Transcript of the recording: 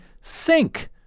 sink